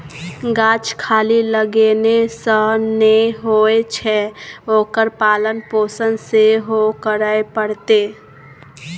गाछ खाली लगेने सँ नै होए छै ओकर पालन पोषण सेहो करय पड़तै